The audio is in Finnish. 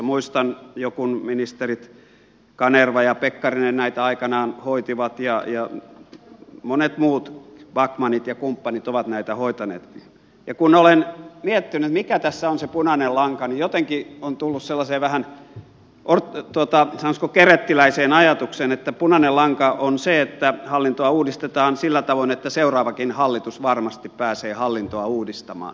muistan kun jo ministerit kanerva ja pekkarinen näitä aikanaan hoitivat ja monet muut backmanit ja kumppanit ovat näitä hoitaneet ja kun olen miettinyt mikä tässä on se punainen lanka niin jotenkin olen tullut sellaiseen vähän sanoisiko kerettiläiseen ajatukseen että punainen lanka on se että hallintoa uudistetaan sillä tavoin että seuraavakin hallitus varmasti pääsee hallintoa uudistamaan